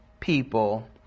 people